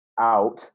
out